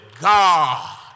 God